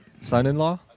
son-in-law